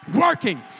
working